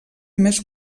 més